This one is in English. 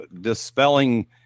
dispelling